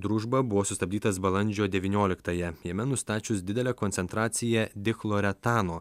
družba buvo sustabdytas balandžio devynioliktąją jame nustačius didelę koncentraciją dichloretano